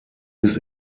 bis